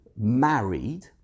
married